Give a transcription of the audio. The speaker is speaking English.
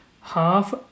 half